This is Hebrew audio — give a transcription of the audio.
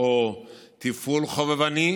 או תפעול חובבני